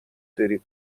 دریغ